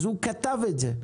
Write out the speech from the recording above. אז הוא כתב את זה,